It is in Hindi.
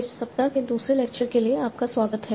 इस सप्ताह के दूसरे लेक्चर के लिए आपका स्वागत है